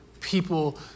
people